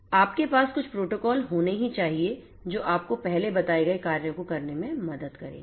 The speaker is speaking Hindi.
आपके पास कुछ प्रोटोकॉल होने ही चाहिए जो आपको पहले बताए गए कार्यों को करने में मदद करेंगे